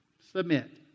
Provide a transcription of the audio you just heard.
submit